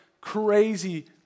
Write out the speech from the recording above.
crazy